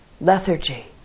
lethargy